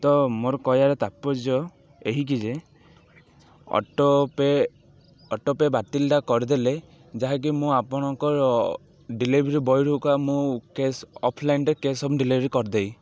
ତ ମୋର କହିବାର ତାପର୍ଯ୍ୟ ଏହିକି ଯେ ଅଟୋପେ ଅଟୋପେ ବାତିଲ୍ଟା କରିଦେଲେ ଯାହାକି ମୁଁ ଆପଣଙ୍କର ଡ଼େଲିଭରି ବୟରୁୁ ଏକା ମୁଁ କ୍ୟାସ୍ ଅଫଲାଇନଟେ କ୍ୟାସ୍ ଅନ୍ ଡ଼େଲିଭରି କରିଦେବି